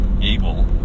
able